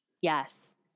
Yes